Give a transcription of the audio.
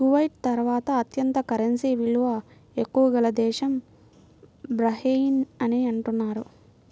Kuwait తర్వాత అత్యంత currency విలువ ఎక్కువ గల దేశం బహ్రెయిన్ అని అంటున్నారు